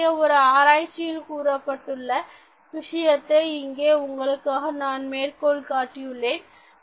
அத்தகைய ஒரு ஆராய்ச்சியில் கூறப்பட்டுள்ள விஷயத்தை இங்கே உங்களுக்காக நான் மேற்கோள் காட்டியுள்ளேன்